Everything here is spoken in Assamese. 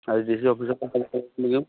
আৰু ডি চি অফিচৰপৰা সোনকালে কৰি দিম